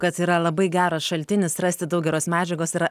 kad yra labai geras šaltinis rasti daug geros medžiagos yra